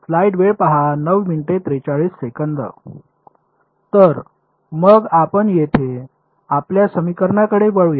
तर मग आपण येथे आपल्या समीकरणाकडे वळूया